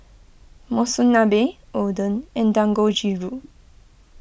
Monsunabe Oden and Dangojiru